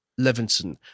Levinson